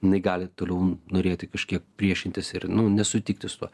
jinai gali toliau norėti kažkiek priešintis ir nu nesutikti su tuo